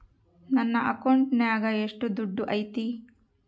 ನನ್ನ ಅಕೌಂಟಿನಾಗ ಎಷ್ಟು ದುಡ್ಡು ಐತಿ?